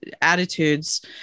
attitudes